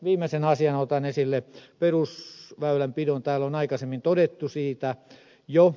viimeisenä asiana otan esille perusväylänpidon täällä on aikaisemmin todettu siitä jo